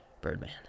Birdman